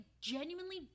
genuinely